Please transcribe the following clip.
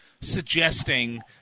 suggesting